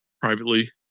privately